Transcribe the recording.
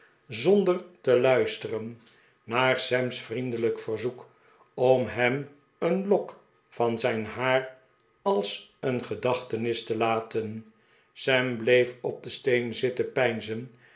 zonder te luisteren naar sam's vriendelijk verzoek om hem een lok van zijn haar als een gedachtenis te la ten sam bleef op den steen zitten